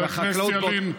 חבר הכנסת ילין,